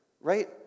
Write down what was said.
right